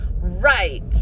right